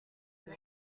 this